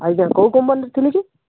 ଆଜ୍ଞା କୋଉ କମ୍ପାନୀରେ ଥିଲେ କି